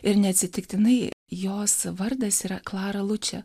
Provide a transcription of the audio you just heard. ir neatsitiktinai jos vardas yra klara lučė